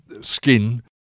skin